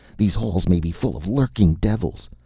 these halls may be full of lurking devils.